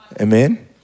Amen